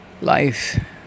life